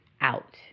out